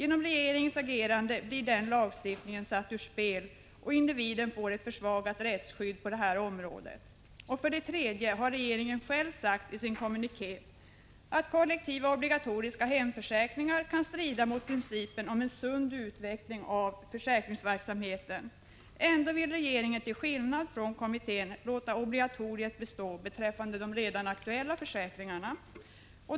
Genom regeringens agerande blir 22 maj 1986 den lagstiftningen satt ur spel, och individen får ett försvagat rättsskydd på det här området. För det tredje har regeringen själv sagt i sin kommuniké att kollektiva obligatoriska hemförsäkringar kan strida mot principen om en sund utveckling av försäkringsverksamheten. Ändå vill regeringen, till skillnad från kommittén, låta obligatoriet bestå beträffande redan aktuella försäkringar.